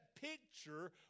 picture